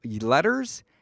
letters